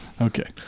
Okay